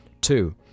Two